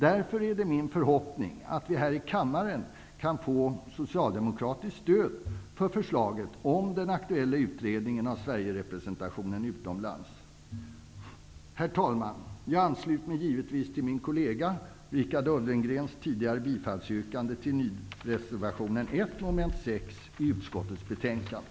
Därför är det min förhoppning att vi här i kammaren kan få socialdemokratiskt stöd för förslaget om den aktuella utredningen av Herr talman! Jag ansluter mig givetvis till min kollega Richard Ulfvengrens bifallsyrkande till nyd-reservationen 1, mom. 6, i utskottets betänkande.